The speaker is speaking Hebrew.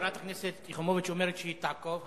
חברת הכנסת יחימוביץ אומרת שהיא תעקוב,